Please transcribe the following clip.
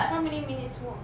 how many minutes walk